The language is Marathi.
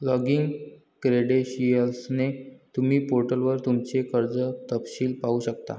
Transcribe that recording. लॉगिन क्रेडेंशियलसह, तुम्ही पोर्टलवर तुमचे कर्ज तपशील पाहू शकता